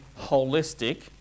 holistic